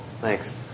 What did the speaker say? Thanks